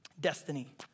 destiny